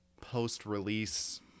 post-release